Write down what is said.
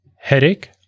headache